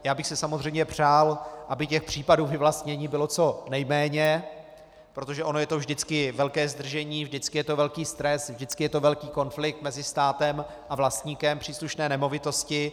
Já bych si samozřejmě přál, aby těch případů vyvlastnění bylo co nejméně, protože ono je to vždycky velké zdržení, vždycky je to velký stres, vždycky je to velký konflikt mezi státem a vlastníkem příslušné nemovitosti.